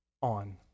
on